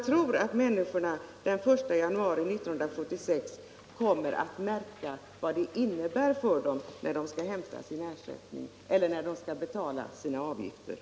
När människorna den 1 januari 1976 skall betala den högre avgiften kommer de säkert att märka vilka förbättringar de fått för pengarna.